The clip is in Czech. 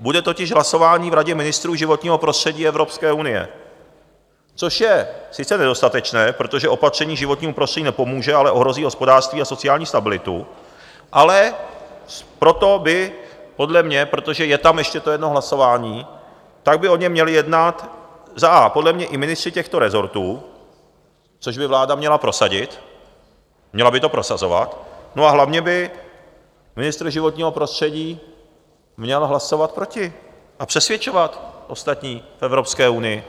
bude totiž hlasování v Radě ministrů životního prostředí Evropské unie, což je sice nedostatečné, protože opatření životnímu prostředí nepomůže, ale ohrozí hospodářství a sociální stabilitu, ale proto by podle mě, protože je tam ještě to jedno hlasování, tak by o něm měli jednat a) podle mě i ministři těchto resortů, což by vláda měla prosadit, měla by to prosazovat, no a hlavně by ministr životního prostředí měl hlasovat proti a přesvědčovat ostatní v Evropské unii.